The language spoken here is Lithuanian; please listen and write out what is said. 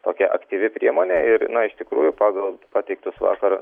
tokia aktyvi priemonė ir na iš tikrųjų pagal pateiktus vakar